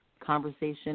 conversation